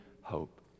hope